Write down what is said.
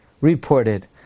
reported